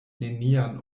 nenian